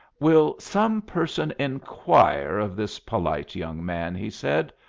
will some person inquire of this polite young man, he said,